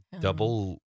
Double